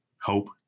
Hope